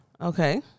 okay